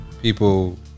people